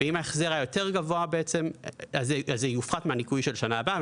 ואם ההחזר היה יותר גבוה זה יופחת מהניכוי של השנה הבאה,